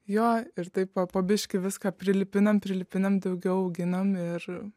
jo ir taip po biškį viską prilipinam prilipinam daugiau auginam ir